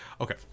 Okay